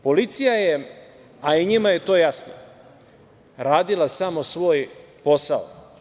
Policija je, a i njima je to jasno, radila samo svoj posao.